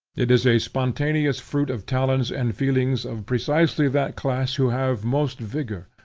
it is a spontaneous fruit of talents and feelings of precisely that class who have most vigor,